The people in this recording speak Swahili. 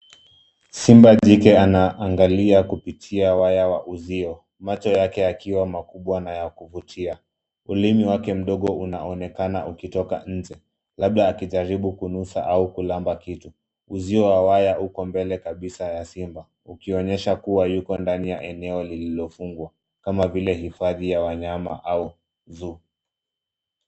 Simba jike anaangalia kupitia waya wa uzio, macho yake yakiwa makubwa na ya kuvutia. Ulimi wake mdogo unaonekana ukitoka nje, labda akijaribu kunusa au kulamba kitu. Uzio wa waya uko mbele kabisa ya simba, ukionyesha kuwa yuko ndani ya eneo lililofungwa, kama vile hifadhi ya wanyama au zoo .